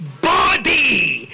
body